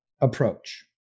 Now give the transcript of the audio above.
approach